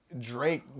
Drake